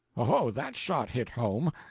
oho! that shot hit home!